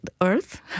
earth